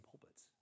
pulpits